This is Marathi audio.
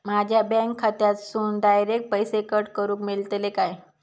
माझ्या बँक खात्यासून डायरेक्ट पैसे कट करूक मेलतले काय?